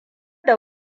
da